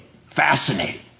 fascinating